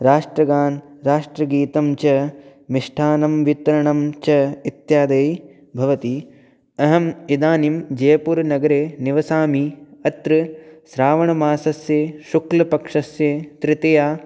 राष्ट्रगानं राष्ट्रगीतं च मिष्ठान्नं वितरणं च इत्यादयः भवन्ति अहम् इदानीं जयपुरनगरे निवसामि अत्र श्रावणमासस्य शुक्लपक्षस्य तृतीया